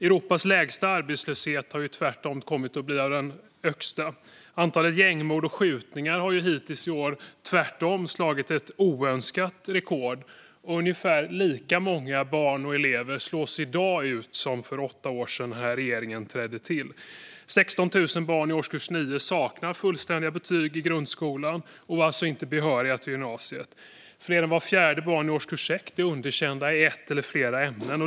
Europas lägsta arbetslöshet har tvärtom kommit att bli en av de högsta, antalet gängmord och skjutningar har hittills i år tvärtom satt ett oönskat rekord och ungefär lika många barn och elever slås i dag ut som för åtta år sedan när regeringen tillträdde. 16 000 barn i årskurs 9 saknar fullständiga betyg i grundskolan och är alltså inte behöriga till gymnasiet. Fler än vart fjärde barn i årskurs 6 är underkända i ett eller flera ämnen.